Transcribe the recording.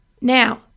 now